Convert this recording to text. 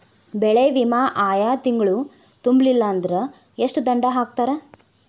ಬೆಳೆ ವಿಮಾ ಆಯಾ ತಿಂಗ್ಳು ತುಂಬಲಿಲ್ಲಾಂದ್ರ ಎಷ್ಟ ದಂಡಾ ಹಾಕ್ತಾರ?